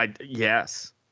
yes